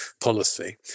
policy